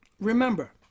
remember